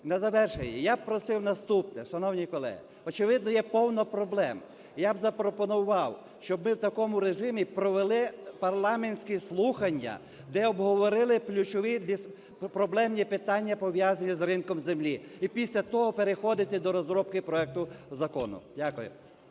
На завершення я просив би наступне, шановні колеги. Очевидно, є повно проблем. І я б запропонував, щоб ми в такому режимі провели парламентські слухання, де обговорили ключові проблемні питання, пов'язані з ринком землі. І після того переходити до розробки проекту закону. Дякую.